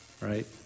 right